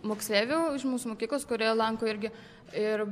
moksleivių iš mūsų mokyklos kurie lanko irgi ir